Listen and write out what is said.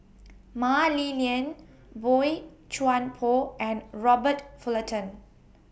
Mah Li Lian Boey Chuan Poh and Robert Fullerton